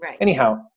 anyhow